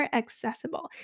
accessible